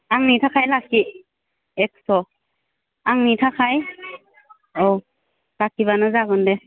आंनि थाखाय लाखि एकस' आंनि थाखाय औ लाखिब्लानो जागोन दे